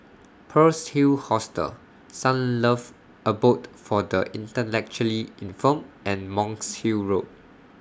Pearl's Hill Hostel Sunlove Abode For The Intellectually Infirmed and Monk's Hill Road